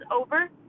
over